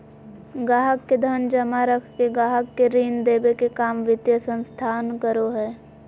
गाहक़ के धन जमा रख के गाहक़ के ऋण देबे के काम वित्तीय संस्थान करो हय